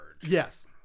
Yes